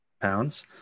pounds